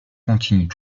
continuent